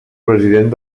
president